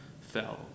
fell